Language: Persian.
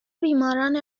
بیماران